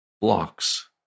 blocks